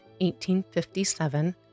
1857